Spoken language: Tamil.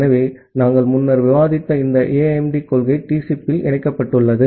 ஆகவே நாங்கள் முன்னர் விவாதித்த இந்த AIMD கொள்கை TCP இல் இணைக்கப்பட்டுள்ளது